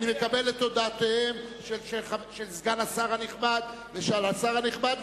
אני מקבל את הודעותיהם של סגן השר הנכבד ושל השר הנכבד,